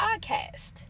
podcast